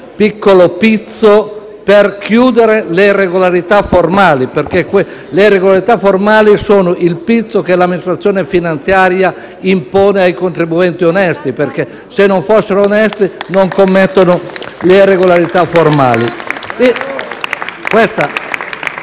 piccolo pizzo per chiudere le irregolarità formali, perché la transazione sulle irregolarità formali, è il pizzo che l'amministrazione finanziaria impone ai contribuenti onesti, dato che se non fossero onesti, non commetterebbero irregolarità formali.